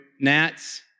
gnats